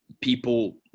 people